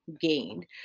gained